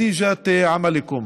המחשבות שלכם והתוצאה של העשייה שלכם.)